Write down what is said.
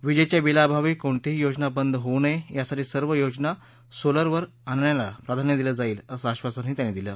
विजेच्या बिलाअभावी कोणतीही योजना बंद होऊ नये यासाठी सर्व योजना सोलरवर आणण्याला प्राधान्य दिलं जाईल असं आश्वासनही त्यांनी दिली